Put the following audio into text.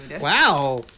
Wow